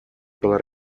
была